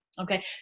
Okay